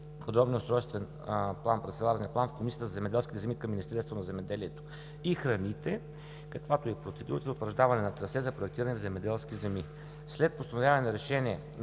входира и ПУП – парцеларният план в Комисията за земеделските земи към Министерство на земеделието и храните, каквато е и процедурата за утвърждаване на трасе за проектиране в земеделски земи. След постановяване на решение на